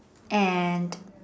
and